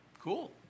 Cool